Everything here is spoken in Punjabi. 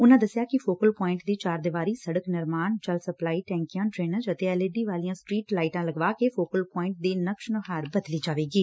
ਉਨਾਂ ਦੱਸਿਆ ਕਿ ਫੋਕਲ ਪੁਆਇੰਟ ਦੀ ਚਾਰਦੀਵਾਰੀ ਸਤਕ ਨਿਰਮਾਣ ਜਲ ਸਪਲਾਈ ਟੈਂਕੀਆਂ ਡਰੇਨੇਜ ਅਤੇ ਐਲ ਈ ਡੀ ਵਾਲੀਆਂ ਸਟਰੀਟ ਲਾਈਟਾਂ ਲਗਵਾ ਕੇ ਫੋਕਲ ਪੁਆਇੰਟ ਦੀ ਨਕਸ਼ ਨੁਹਾਰ ਬਦਲੀ ਜਾਵੇਗੀ